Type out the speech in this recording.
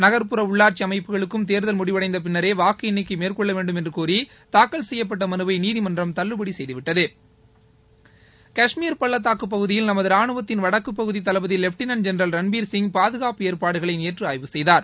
நகர்ப்புற உள்ளாட்சி அமைப்புகளுக்கும் தேர்தல் முடிவடைந்த பின்னரே வாக்கு எண்ணிக்கை மேற்கொள்ள வேண்டும் என்று கோரி தாக்கல் செய்யப்பட்ட மனுவை நீதிமன்றம் தள்ளுபடி செய்தவிட்டது கஷ்மீர் பள்ளத்தாக்குப் பகுதியில் நமது ரானுவத்தின் வடக்குப்பகுதி தளபதி வெப்டினன்ட் ஜென்ரல் ரன்பீர்சிங் பாதுகாப்பு ஏற்பாடுகளை நேற்று ஆய்வு செய்தார்